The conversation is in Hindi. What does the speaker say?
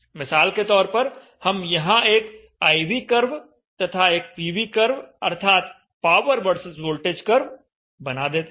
मिसाल के तौर पर हम यहां एक I V कर्व तथा एक P V कर्व अर्थात पावर वर्सेस वोल्टेज कर्व बना देते हैं